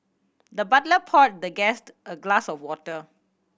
the butler poured the guest a glass of water